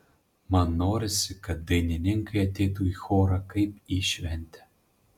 man norisi kad dainininkai ateitų į chorą kaip į šventę